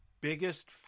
biggest